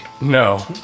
No